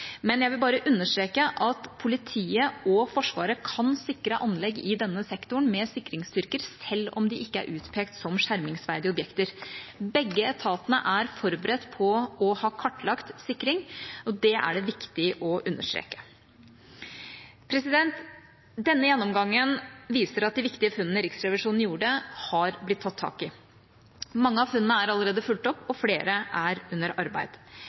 men jeg vil bare understreke at politiet og Forsvaret kan sikre anlegg i denne sektoren med sikringsstyrker, selv om de ikke er utpekt som skjermingsverdige objekter. Begge etatene er forberedt på og har kartlagt sikring. Det er det viktig å understreke. Denne gjennomgangen viser at de viktige funnene Riksrevisjonen gjorde, har blitt tatt tak i. Mange av funnene er allerede fulgt opp. Flere er under arbeid.